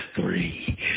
three